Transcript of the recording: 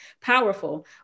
powerful